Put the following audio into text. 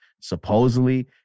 supposedly